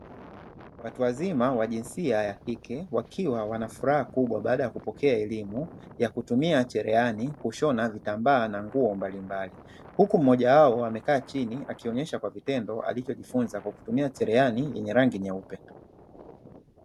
Watu wazima wa jinsia ya kike wakiwa wanafuraha kubwa baada ya kupokea elimu ya kutumia cherehani kushona vitambaa na nguo mbali mbali. Huku mmoja wao amekaa chini, akionesha kwa vitendo alichojifunza kwa kutumia cherehani yenye rangi nyeupe.